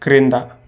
క్రింద